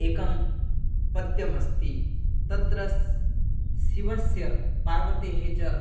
एकं पद्यमस्ति तत्र स् शिवस्य पार्वतेः च